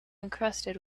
encrusted